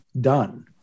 done